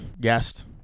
guest